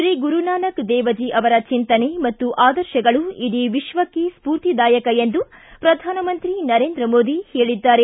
ಶ್ರೀ ಗುರುನಾನಕ್ ದೇವಜಿ ಅವರ ಚಿಂತನೆ ಮತ್ತು ಆದರ್ಶಗಳು ಇಡೀ ವಿಶ್ವಕ್ಷೆ ಸ್ಥೂರ್ತಿದಾಯಕ ಎಂದು ಪ್ರಧಾನಮಂತ್ರಿ ನರೇಂದ್ರ ಮೋದಿ ಹೇಳಿದ್ದಾರೆ